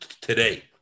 today